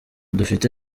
dufite